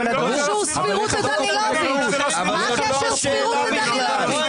--- מה הקשר סבירות לדנילוביץ'?